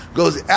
goes